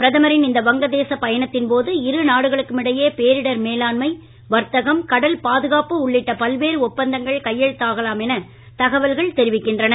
பிரதமரின் இந்த வங்க தேசப் பயணத்தின் போது இருநாடுகளுக்கு இடையே பேரிடர் மேலாண்மை வர்த்தகம் கடல் பாதுகாப்பு உள்ளிட்ட பல்வேறு ஒப்பந்தங்கள் கையெழுத்தாகலாம் என தகவல்கள் தெரிவிக்கின்றன